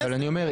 אבל אני אומר,